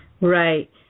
Right